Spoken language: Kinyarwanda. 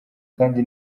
kandi